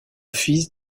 fils